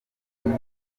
n’uyu